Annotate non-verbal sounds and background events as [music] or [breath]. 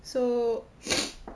so [breath]